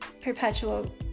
perpetual